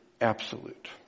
absolute